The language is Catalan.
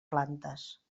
plantes